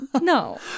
no